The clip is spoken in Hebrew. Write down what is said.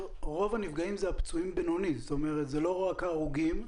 עלו למשק כמעט שני מיליארד שקל.